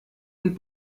und